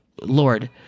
Lord